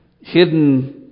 hidden